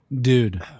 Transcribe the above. Dude